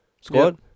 squad